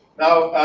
now,